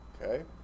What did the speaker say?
Okay